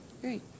Great